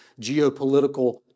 geopolitical